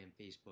Facebook